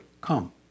come